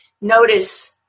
notice